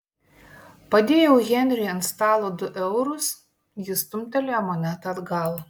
padėjau henriui ant stalo du eurus jis stumtelėjo monetą atgal